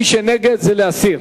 מי שנגד, זה להסיר.